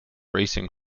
racing